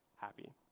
happy